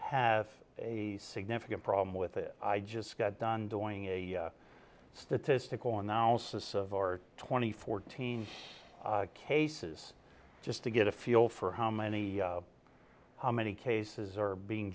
have a significant problem with it i just got done doing a statistical analysis of our twenty fourteen cases just to get a feel for how many how many cases are being